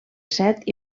set